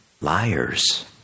liars